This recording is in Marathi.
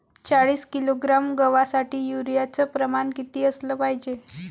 चाळीस किलोग्रॅम गवासाठी यूरिया च प्रमान किती असलं पायजे?